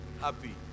happy